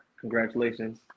congratulations